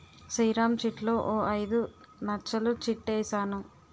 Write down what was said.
శ్రీరామ్ చిట్లో ఓ ఐదు నచ్చలు చిట్ ఏసాను